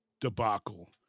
debacle